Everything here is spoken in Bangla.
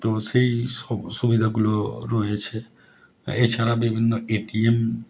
তো সেই সুবিধাগুলো রয়েছে এছাড়া বিভিন্ন এটিএম